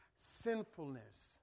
sinfulness